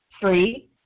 Three